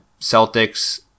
Celtics